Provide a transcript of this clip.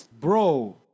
Bro